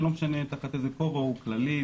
ולא משנה תחת איזה כובע הם: כללית,